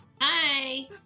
Hi